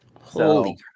Holy